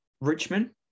Richmond